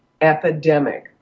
epidemic